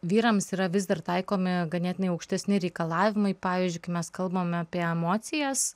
vyrams yra vis dar taikomi ganėtinai aukštesni reikalavimai pavyzdžiui kai mes kalbam apie emocijas